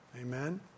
Amen